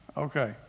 Okay